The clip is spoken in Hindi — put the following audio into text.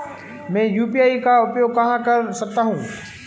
मैं यू.पी.आई का उपयोग कहां कर सकता हूं?